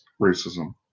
racism